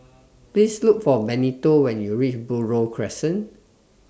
Please Look For Benito when YOU REACH Buroh Crescent